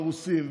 הרוסים,